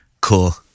Cool